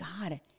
God